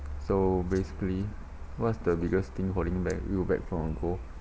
so basically what's the biggest thing holding back back from a goal